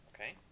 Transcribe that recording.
Okay